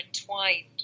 entwined